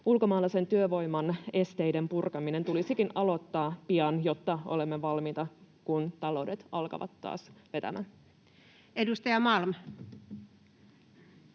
Ulkomaalaisen työvoiman esteiden purkaminen tulisikin aloittaa pian, jotta olemme valmiita, kun taloudet alkavat taas vetämään. [Speech 80]